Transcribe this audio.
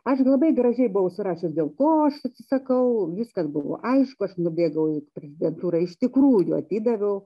aš labai gražiai buvau surašius dėl ko aš atsisakau viskas buvo aišku aš nubėgau į prezidentūrą iš tikrųjų atidaviau